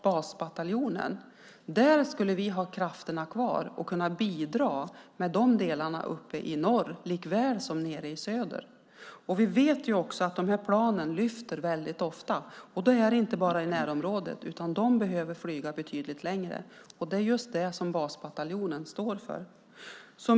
Där skulle vi i stället ha kvar krafterna och kunna bidra med de delarna uppe i norr likaväl som nere i söder. Vi vet också att de här planen lyfter väldigt ofta. Flygningarna gäller inte bara i närområdet, utan man behöver flyga betydligt längre. Det är just det som basbataljonen står för.